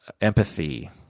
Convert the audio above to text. empathy